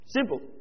Simple